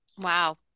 Wow